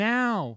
now